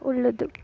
உள்ளது